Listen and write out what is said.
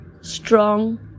strong